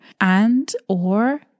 and/or